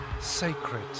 sacred